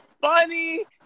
funny